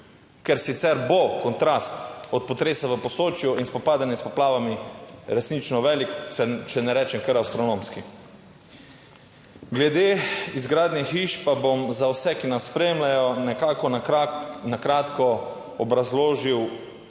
ker sicer bo kontrast od potresa v Posočju in spopadanje s poplavami resnično velik, če ne rečem kar astronomski. Glede izgradnje hiš pa bom za vse, ki nas spremljajo, nekako na kratko obrazložil,